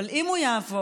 אבל אם הוא יעבור,